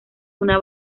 una